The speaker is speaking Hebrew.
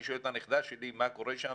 אני שואל את הנכדה שלי מה קורה שם.